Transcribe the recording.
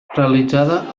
realitzada